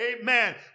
amen